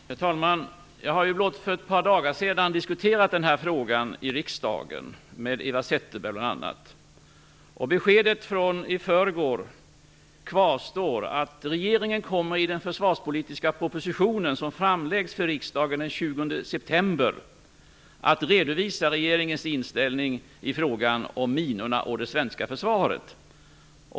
Herr talman! Jag har för blott några dagar sedan diskuterat denna fråga i riksdagen med bl.a. Eva Zetterberg. Det besked jag gav då kvarstår, att regeringen i den försvarspolitiska propositionen som framläggs för riksdagen den 20 september kommer att redovisa regeringens inställning i frågan om minorna och det svenska försvaret.